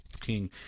king